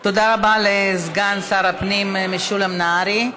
תודה רבה לסגן שר הפנים משולם נהרי.